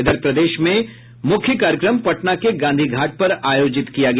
इधर प्रदेश में मुख्य कार्यक्रम पटना के गांधी घाट पर आयोजित किया गया